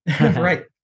right